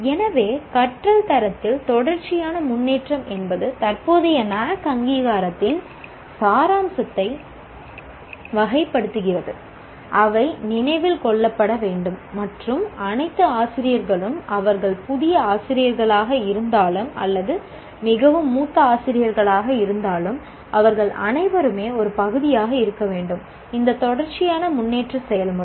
எனவே கற்றல் தரத்தில் தொடர்ச்சியான முன்னேற்றம் என்பது தற்போதைய NAAC அங்கீகாரத்தின் சாராம்சத்தை வகைப்படுத்துகிறது அவை நினைவில் கொள்ளப்பட வேண்டும் மற்றும் அனைத்து ஆசிரியர்களும் அவர்கள் புதிய ஆசிரியர்களாக இருந்தாலும் அல்லது மிகவும் மூத்த ஆசிரியர்களாக இருந்தாலும் அவர்கள் அனைவருமே ஒரு பகுதியாக இருக்க வேண்டும் இந்த தொடர்ச்சியான முன்னேற்ற செயல்முறை